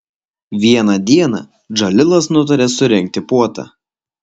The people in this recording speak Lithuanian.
vieną dieną džalilas nutarė surengti puotą